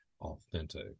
authentic